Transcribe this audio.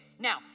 now